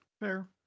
Fair